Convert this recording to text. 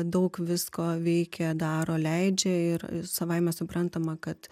daug visko veikia daro leidžia ir savaime suprantama kad